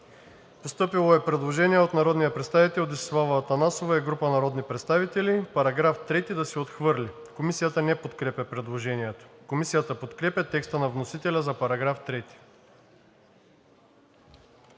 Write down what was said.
постъпило предложение от народния представител Десислава Атанасова и група народни представители –§ 3 да се отхвърли. Комисията не подкрепя предложението. Комисията подкрепя текста на вносителя за § 3.